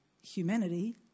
humanity